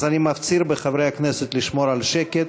אז אני מפציר בחברי הכנסת לשמור על שקט.